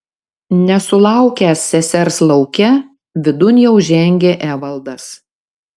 nesulaukęs sesers lauke vidun jau žengė evaldas